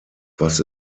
was